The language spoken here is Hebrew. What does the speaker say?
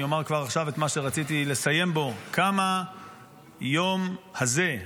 אני אומר כבר עכשיו את מה שרציתי לסיים בו: כמה היום הזה,